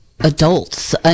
Adults